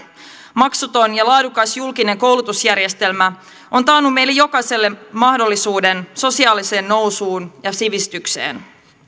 maksuton ja laadukas julkinen koulutusjärjestelmä on taannut meille jokaiselle mahdollisuuden sosiaaliseen nousuun ja sivistykseen